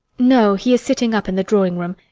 no, he is sitting up in the drawing-room.